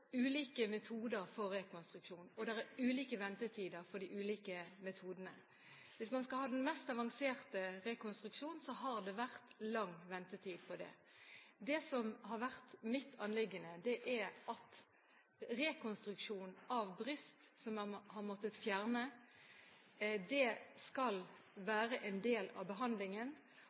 ulike metoder for rekonstruksjon, og det er ulike ventetider for de ulike metodene. Hvis man skal ha den mest avanserte rekonstruksjonen, har det vært lang ventetid for det. Det som har vært mitt anliggende, er at rekonstruksjonen av bryst som man har måttet fjerne, skal være en del av behandlingen.